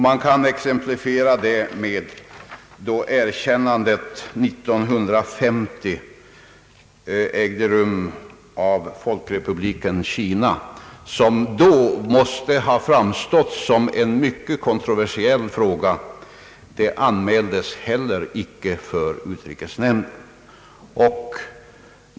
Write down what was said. Man kan exemplifiera med erkännandet av Folkrepubliken Kina, som ägde rum 1950 och som då måste ha framstått som en mycket kontroversiell fråga. Den anmäldes emellertid heller icke för utrikesnämnden.